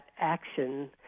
action